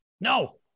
No